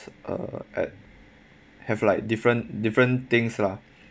uh at have like different different things lah